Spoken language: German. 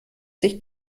sich